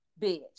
Bitch